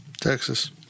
Texas